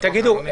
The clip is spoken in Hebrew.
תגידו,